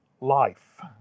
life